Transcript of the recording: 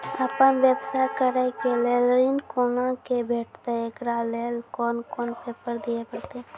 आपन व्यवसाय करै के लेल ऋण कुना के भेंटते एकरा लेल कौन कौन पेपर दिए परतै?